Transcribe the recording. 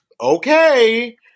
okay